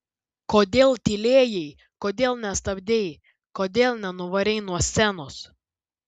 kodėl tylėjai kodėl nestabdei kodėl nenuvarei nuo scenos